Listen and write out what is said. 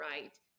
right